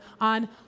on